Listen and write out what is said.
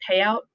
payout